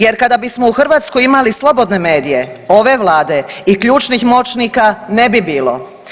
Jer kada bismo u Hrvatskoj imali slobodne medije ove Vlade i ključnih moćnika ne bi bilo.